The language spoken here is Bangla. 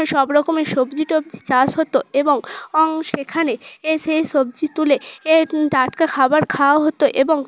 ওই সব রকমের সবজি টবজি চাষ হতো এবং অং সেখানে এ সেই সবজি তুলে এ টাটকা খাবার খাওয়া হতো এবং